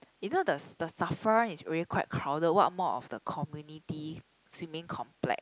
you know the the Safra one is already quite crowded what more of the community swimming complex